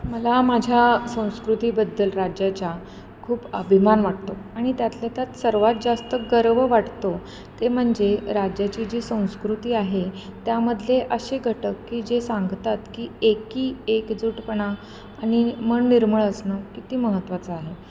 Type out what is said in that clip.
मला माझ्या संस्कृतीबद्दल राज्याच्या खूप अभिमान वाटतो आणि त्यातल्या त्यात सर्वात जास्त गर्व वाटतो ते म्हणजे राज्याची जी संस्कृती आहे त्यामधले असे घटक की जे सांगतात की एकी एकजूटपणा आणि मन निर्मळ असणं किती महत्त्वाचं आहे